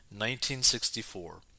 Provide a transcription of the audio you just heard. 1964